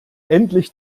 endlich